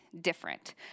different